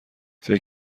فکر